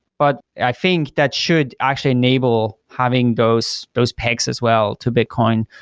but i think that should actually enable having those those pegs as well to bitcoin.